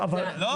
לא